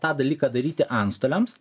tą dalyką daryti antstoliams